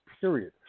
period